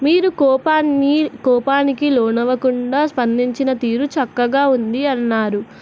మీరు కోపాన్ని కోపానికి లోనవ్వకుండా స్పందించిన తీరు చక్కగా ఉంది అన్నారు